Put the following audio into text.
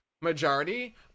majority